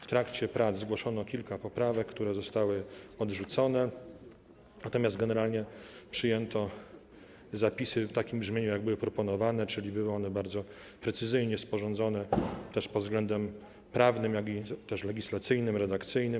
W trakcie prac zgłoszono kilka poprawek, które zostały odrzucone, natomiast generalnie przyjęto zapisy w takim brzmieniu, w jakim były proponowane, czyli były one bardzo precyzyjnie sporządzone pod względem prawnym i legislacyjnym, redakcyjnym.